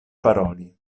paroli